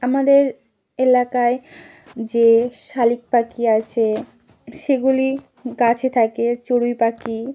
আমাদের এলাকায় যে শালিক পাখি আছে সেগুলি গাছে থাকে চড়ুই পাখি